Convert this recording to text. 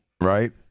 right